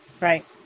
right